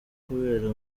kubera